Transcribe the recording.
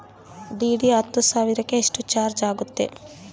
DD ಹತ್ತು ಸಾವಿರಕ್ಕೆ ಎಷ್ಟು ಚಾಜ್೯ ಆಗತ್ತೆ?